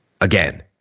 Again